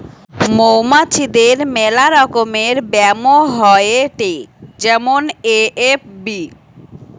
মৌমাছিদের মেলা রকমের ব্যামো হয়েটে যেমন এ.এফ.বি